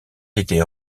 était